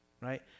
right